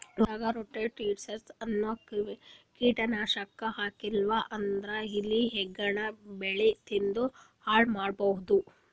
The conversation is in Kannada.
ಹೊಲದಾಗ್ ರೊಡೆಂಟಿಸೈಡ್ಸ್ ಅನ್ನದ್ ಕೀಟನಾಶಕ್ ಹಾಕ್ಲಿಲ್ಲಾ ಅಂದ್ರ ಇಲಿ ಹೆಗ್ಗಣ ಬೆಳಿ ತಿಂದ್ ಹಾಳ್ ಮಾಡಬಹುದ್